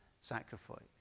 sacrifice